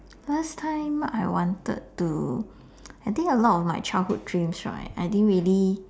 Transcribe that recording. last time I wanted to I think a lot of my childhood dreams right I didn't really